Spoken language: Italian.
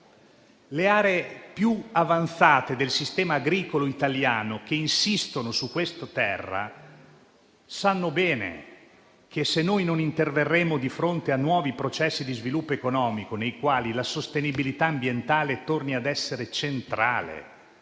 le aree più avanzate del sistema agricolo italiano che insistono su questa terra sanno bene che se noi non interverremo di fronte a nuovi processi di sviluppo economico nei quali la sostenibilità ambientale torni ad essere centrale,